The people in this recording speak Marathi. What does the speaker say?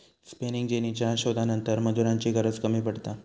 स्पेनिंग जेनीच्या शोधानंतर मजुरांची गरज कमी पडता